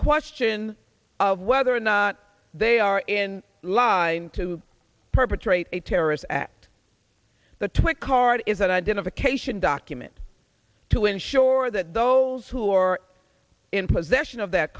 question of whether or not they are in line to perpetrate a terrorist act the twit card is a identification documents to ensure that those who are in possession of that